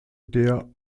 der